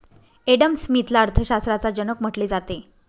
Adam स्मिथला अर्थशास्त्राचा जनक म्हटले जाते